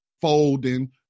Folding